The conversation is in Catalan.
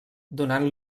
donant